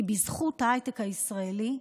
כי בזכות ההייטק הישראלי,